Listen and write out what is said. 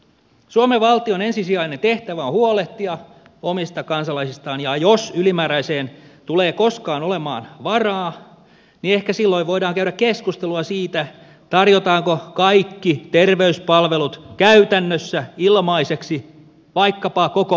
suomen valtion ensisijainen tehtävä on huolehtia omista kansalaisistaan ja jos ylimääräiseen tulee koskaan olemaan varaa niin ehkä silloin voidaan käydä keskustelua siitä tarjotaanko kaikki terveyspalvelut käytännössä ilmaiseksi vaikkapa koko maailmalle